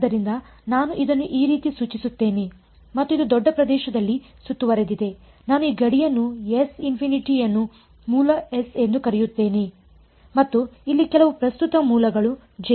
ಆದ್ದರಿಂದ ನಾನು ಇದನ್ನು ಈ ರೀತಿ ಸೂಚಿಸುತ್ತೇನೆ ಮತ್ತು ಇದು ದೊಡ್ಡ ಪ್ರದೇಶದಲ್ಲಿ ಸುತ್ತುವರೆದಿದೆನಾನು ಈ ಗಡಿಯನ್ನು ಅನ್ನು ಮೂಲ S ಎಂದು ಕರೆಯುತ್ತೇನೆ ಮತ್ತು ಇಲ್ಲಿ ಕೆಲವು ಪ್ರಸ್ತುತ ಮೂಲಗಳು ಜೆ